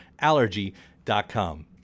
Allergy.com